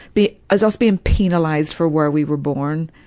being as us being penalized for where we were born,